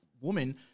woman